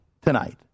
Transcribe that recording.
tonight